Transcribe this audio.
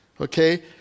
Okay